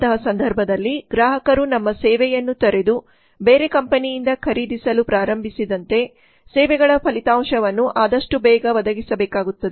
ಅಂತಹ ಸಂದರ್ಭದಲ್ಲಿ ಗ್ರಾಹಕರು ನಮ್ಮ ಸೇವೆಯನ್ನು ತೊರೆದು ಬೇರೆ ಕಂಪನಿಯಿಂದ ಖರೀದಿಸಲು ಪ್ರಾರಂಭಿಸದಂತೆ ಸೇವೆಗಳ ಫಲಿತಾಂಶವನ್ನು ಆದಷ್ಟು ಬೇಗ ಒದಗಿಸಬೇಕಾಗುತ್ತದೆ